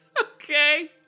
Okay